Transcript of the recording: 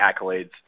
accolades